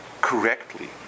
correctly